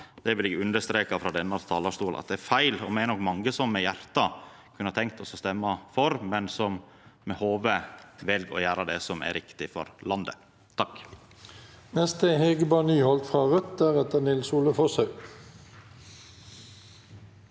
Det vil eg understreka frå denne talarstolen at er feil. Me er nok mange som med hjartet kunne ha tenkt oss å stemma for, men som med hovudet vel å gjera det som er riktig for landet. Hege